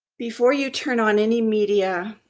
before you turn on any media,